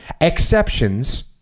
exceptions